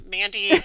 Mandy